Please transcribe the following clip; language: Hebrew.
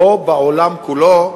או בעולם כולו,